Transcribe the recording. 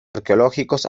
arqueológicos